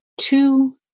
two